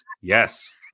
yes